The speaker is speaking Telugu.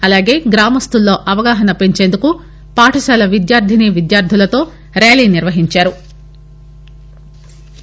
అలాగే గ్రామస్తులలో అవగాహన పెంచేందుకు పాఠశాల విద్యార్థిని విద్యార్దులతో ర్యాలీ నిర్వహించారు